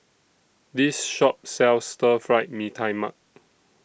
This Shop sells Stir Fry Mee Tai Mak